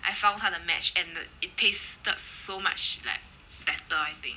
I found 他的 match and it tasted so much like better I think